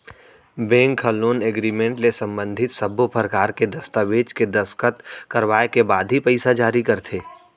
bank ह loan agreement ले संबंधित सब्बो परकार के दस्ताबेज के दस्कत करवाए के बाद ही पइसा जारी करथे